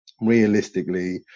realistically